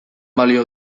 balio